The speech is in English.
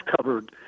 covered